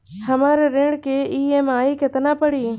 हमर ऋण के ई.एम.आई केतना पड़ी?